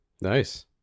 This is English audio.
Nice